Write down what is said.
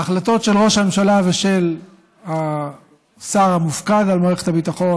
ההחלטות של ראש הממשלה ושל השר המופקד על מערכת הביטחון